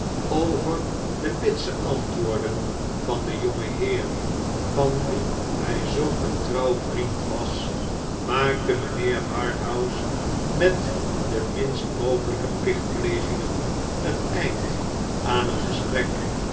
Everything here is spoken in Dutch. over de bitse antwoorden van den jongenheer van wien hij zulk een trouw vriend was maakte mijnheer harthouse met de slechte tijden rainst mogelijke plichtplegingen een einde aan het gesprek